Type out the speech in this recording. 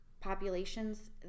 populations